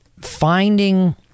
Finding